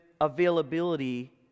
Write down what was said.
availability